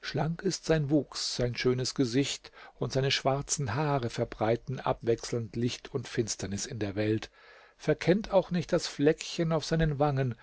schlank ist sein wuchs sein schönes gesicht und seine schwarzen haare verbreiten abwechselnd licht und finsternis in der welt verkennt auch nicht das fleckchen auf seinen wangen